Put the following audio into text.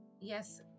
yes